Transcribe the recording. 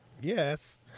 Yes